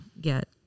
get